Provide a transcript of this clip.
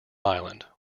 island